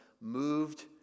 moved